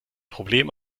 problem